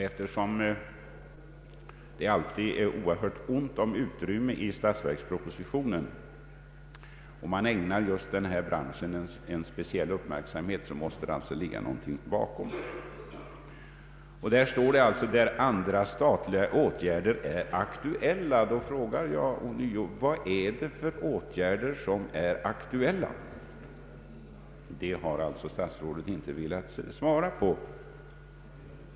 Eftersom det alltid är oerhört ont om utrymme i statsverkspropositionen och man ägnar just denna bransch en speciell uppmärksamhet, måste det ligga någonting bakom. Det står som sagt: där andra statliga åtgärder är aktuella. Då frågar jag ånyo: Vad är det för åtgärder som är aktuella? Det har statsrådet inte velat svara på.